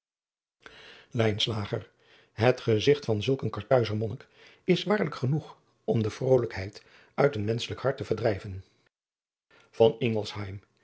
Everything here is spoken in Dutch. et gezigt van zulk een arthuizer onnik is waarlijk genoeg om de vrolijkheid uit een menschelijk hart te verdrijven